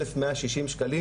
1160 ₪,